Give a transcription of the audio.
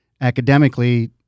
academically